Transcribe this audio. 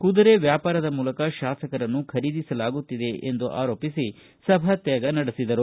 ಕುದುರೆ ವ್ಯಾಪಾರದ ಮೂಲಕ ಶಾಸಕರನ್ನು ಖರೀದಿಸಲಾಗುತ್ತಿದೆ ಎಂದು ಆರೋಪಿಸಿ ಸಭಾತ್ಯಾಗ ನಡೆಸಿದರು